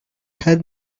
had